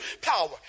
power